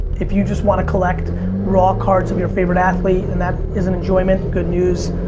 if you just wanna collect raw cards of your favorite athlete and that is an enjoyment, good news,